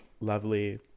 lovely